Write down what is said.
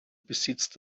besitzt